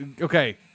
okay